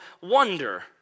wonder